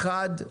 מחד,